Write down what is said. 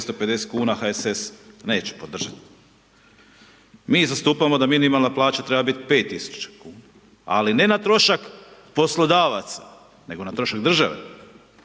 250,00 kn HSS neće podržati. Mi zastupamo da minimalna plaća treba biti 5.000,00 kn, ali ne na trošak poslodavaca, nego na trošak države,